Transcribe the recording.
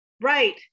Right